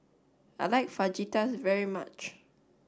I like Fajitas very much